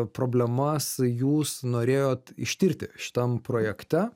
problemas jūs norėjot ištirti šitam projekte